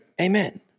Amen